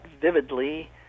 vividly